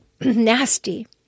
nasty